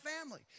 family